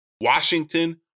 Washington